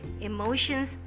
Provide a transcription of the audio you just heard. emotions